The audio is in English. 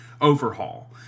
overhaul